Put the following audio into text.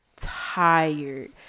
tired